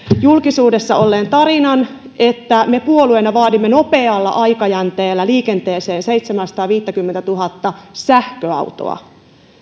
julkisuudessa olleen tarinan että me puolueena vaadimme nopealla aikajänteellä liikenteeseen seitsemääsataaviittäkymmentätuhatta sähköautoa